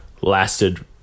lasted